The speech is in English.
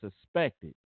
suspected